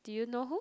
do you know who